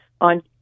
on